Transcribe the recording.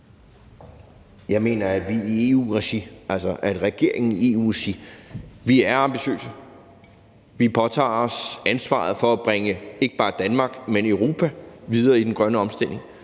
Jeg mener, at regeringen må gøre det i EU-regi. Vi er ambitiøse, og vi påtager os ansvaret for at bringe ikke bare Danmark, men Europa videre i den grønne omstilling.